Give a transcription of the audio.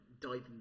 diving